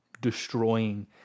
destroying